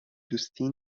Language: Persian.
دوستی